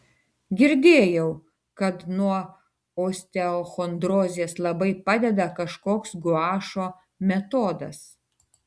girdėjau kad nuo osteochondrozės labai padeda kažkoks guašo metodas